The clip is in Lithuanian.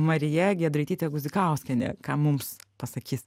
marija giedraitytė guzikauskienė ką mums pasakys